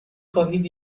خواهید